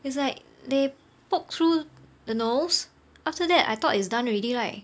it's like they poke through the nose after that I thought it's done already right